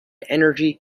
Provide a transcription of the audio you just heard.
energy